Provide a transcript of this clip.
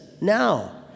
now